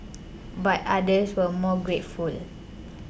but others were more grateful